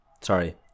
sorry